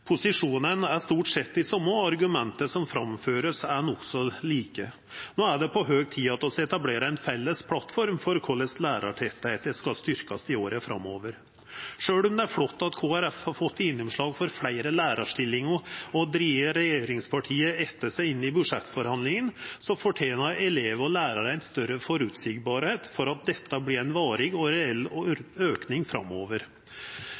er stort dei same, og argumenta som vert framførte, er nokså like. No er det på høg tid at vi etablerer ei felles plattform for korleis lærartettleiken skal styrkjast i åra framover. Sjølv om det er flott at Kristeleg Folkeparti har fått gjennomslag for fleire lærarstillingar og drege regjeringspartia etter seg i budsjettforhandlingane, fortener elevar og lærarar å vita at dette vert ein varig og reell auke framover.